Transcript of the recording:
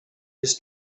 his